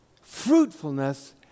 fruitfulness